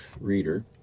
reader